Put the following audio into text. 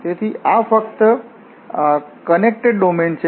તેથી આ ફક્ત કનેકટેડજોડાયેલ ડોમેન છે